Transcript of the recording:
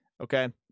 Okay